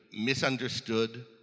misunderstood